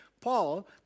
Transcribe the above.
Paul